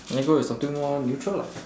then go with something more neutral lah